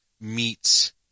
meets